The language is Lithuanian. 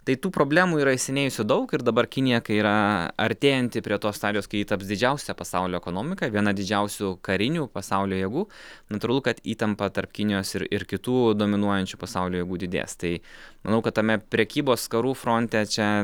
tai tų problemų yra įsenėjusių daug ir dabar kinija kai yra artėjanti prie tos stadijos kai ji taps didžiausia pasaulio ekonomika viena didžiausių karinių pasaulio jėgų natūralu kad įtampa tarp kinijos ir ir kitų dominuojančių pasaulio jėgų didės tai manau kad tame prekybos karų fronte čia